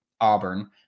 Auburn